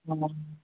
ಹಾಂ